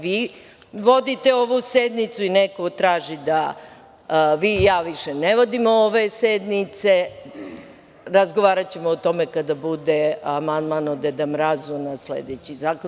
Vi vodite ovu sednicu i neko traži da vi i ja više ne vodimo ove sednice, razgovaraćemo o tome kada bude amandman o Deda Mrazu na sledeći zakona.